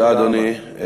תודה רבה.